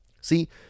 See